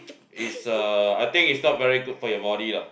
is a I think is not very good for your body lah